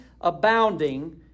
abounding